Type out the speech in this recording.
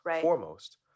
foremost